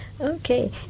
Okay